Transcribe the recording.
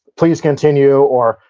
please continue, or,